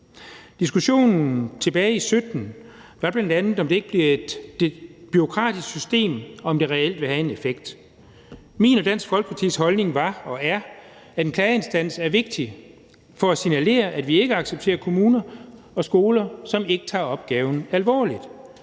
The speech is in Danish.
Diskussionen tilbage i 2017 gik bl.a. på, om det ikke bliver et bureaukratisk system, og om det reelt vil have en effekt. Min og Dansk Folkepartis holdning var og er, at en klageinstans er vigtig for at signalere, at vi ikke accepterer kommuner og skoler, som ikke tager opgaven alvorligt.